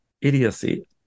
idiocy